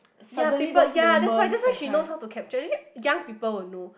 ya people ya that's why that's why she knows how to capture young people will know